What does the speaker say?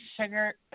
sugar